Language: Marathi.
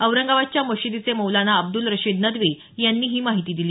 औरंगाबादच्या मशिदीचे मौलाना अब्दुल रशीद नदवी यांनी ही माहिती दिली